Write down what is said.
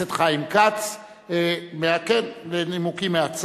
15 בעד, אין מתנגדים, אין נמנעים.